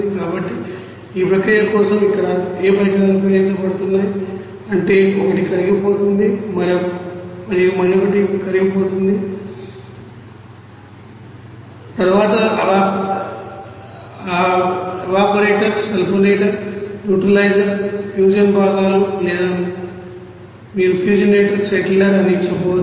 కాబట్టి ఈ ప్రక్రియ కోసం ఇక్కడ ఏ పరికరాలు ఉపయోగించబడుతున్నాయి అంటే ఒకటి కరిగిపోతుంది మరియు మరొకటి కరిగిపోతుంది తరువాత ఆవిరిపోరేటర్ సల్ఫోనేటర్ న్యూట్రలైజర్ ఫ్యూజన్ భాగాలు లేదా మీరు ఫ్యూజన్టర్ సెటిలర్ అని చెప్పవచ్చు